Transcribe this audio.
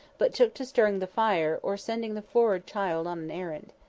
but took to stirring the fire, or sending the forrard child on an errand.